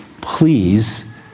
please